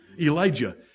Elijah